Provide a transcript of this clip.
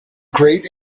great